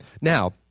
Now